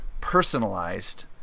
personalized